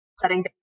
setting